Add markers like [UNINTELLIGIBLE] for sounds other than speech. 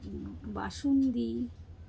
[UNINTELLIGIBLE]